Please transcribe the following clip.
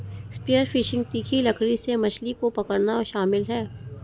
spear fishing तीखी लकड़ी से मछली को पकड़ना शामिल है